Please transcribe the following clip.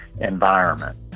environment